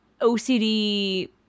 OCD